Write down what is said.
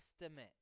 estimate